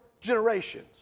generations